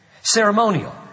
Ceremonial